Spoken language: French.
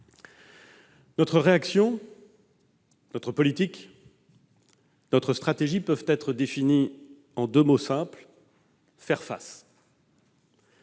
Notre réaction, notre politique, notre stratégie peuvent être résumées par deux mots simples : faire face.